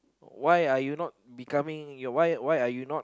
why are you not becoming ya why why are you not